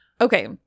okay